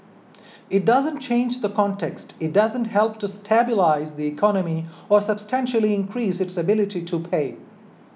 it doesn't change the context it doesn't help to stabilise the economy or substantially increase its ability to pay